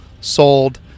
sold